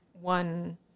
one